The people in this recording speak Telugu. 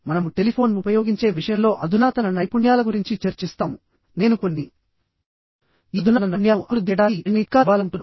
మనము టెలిఫోన్ ఉపయోగించే విషయంలో అధునాతన నైపుణ్యాల గురించి చర్చిస్తామునేను కొన్ని ఈ అధునాతన నైపుణ్యాలను అభివృద్ధి చేయడానికి మరిన్ని చిట్కాలు ఇవ్వాలనుకుంటున్నాను